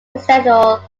external